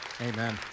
Amen